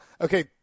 Okay